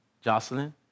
Jocelyn